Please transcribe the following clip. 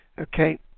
Okay